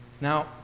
Now